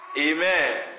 Amen